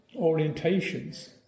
orientations